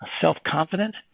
self-confident